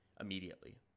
immediately